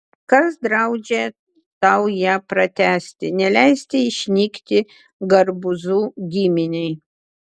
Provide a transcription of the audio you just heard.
kas draudžia tau ją pratęsti neleisti išnykti garbuzų giminei